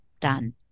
done